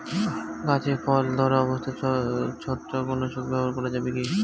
গাছে ফল ধরা অবস্থায় ছত্রাকনাশক ব্যবহার করা যাবে কী?